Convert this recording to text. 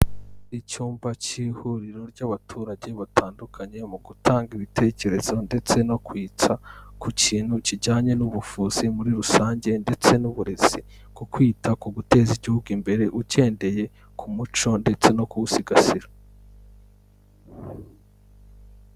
Icyumba cy'ihuriro ry'abaturage batandukanye mu gutanga ibitekerezo ndetse no kwitsa ku kintu kijyanye n'ubuvuzi muri rusange ndetse n'uburezi. Ku kwita ku guteza igihugu imbere ugendeye ku muco ndetse no kuwusigasira.